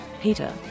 Peter